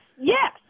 Yes